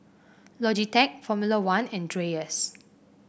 Logitech Formula One and Dreyers